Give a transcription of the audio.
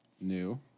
new